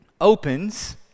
opens